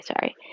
sorry